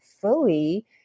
fully